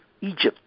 Egypt